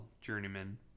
journeyman